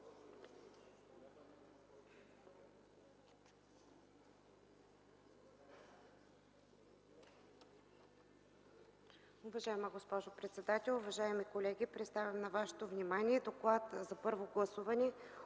Уважаема госпожо председател, уважаеми колеги! Представям на вашето внимание Доклад на първо гласуване